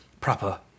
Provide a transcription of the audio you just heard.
proper